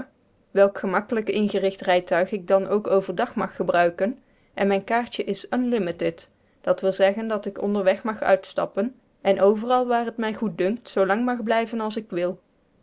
welk gemakkelijk ingericht rijtuig ik dan ook overdag mag gebruiken en mijn kaartje is unlimited dat wil zeggen dat ik onderweg mag uitstappen en overal waar t mij goed dunkt zoolang mag blijven als ik wil